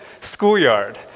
schoolyard